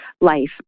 life